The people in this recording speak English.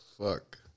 fuck